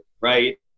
right